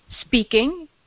speaking